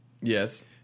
Yes